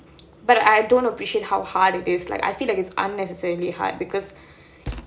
but I don't appreciate how hard it is like I feel like it's unnecessarily hard because